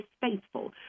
faithful